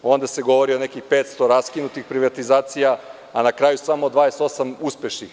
Onda se govori o nekih 500 raskinutih privatizacija, a na kraju samo 28 uspešnih.